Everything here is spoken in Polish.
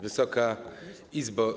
Wysoka Izbo!